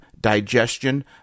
digestion